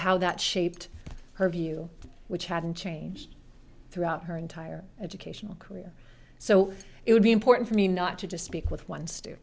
how that shaped her view which hadn't changed throughout her entire educational career so it would be important for me not to just speak with one